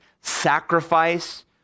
sacrifice